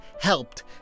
helped